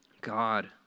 God